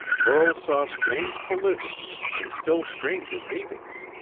burl saw strange collisions and still stranger meetings.